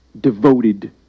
devoted